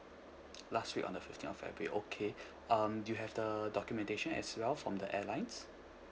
last week on the fifteenth of february okay um you have the documentation as well from the airlines